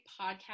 podcast